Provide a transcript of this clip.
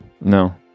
No